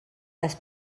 les